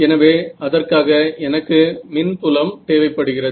எனவே அதற்காக எனக்கு மின்புலம் தேவைப்படுகிறது